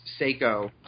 Seiko